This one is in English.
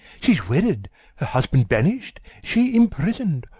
she's wedded her husband banish'd she imprison'd.